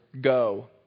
go